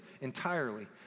entirely